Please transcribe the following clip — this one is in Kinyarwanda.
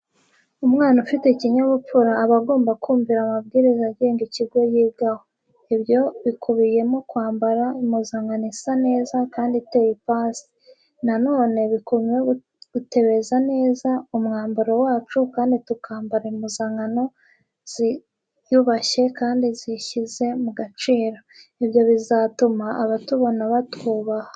Umwana ufite ikinyabupfura aba agomba kumvira amabwiriza agenga ikigo yigaho. Ibyo bikubiyemo kwambara impuzankano isa neza kandi iteye ipasi. Na none bikubiyemo gutebeza neza umwambaro wacu kandi tukambara impuzankano ziyubashye kandi zishyize mu gaciro. Ibyo bizatuma abatubona batwubaha.